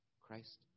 Christ